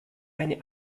eine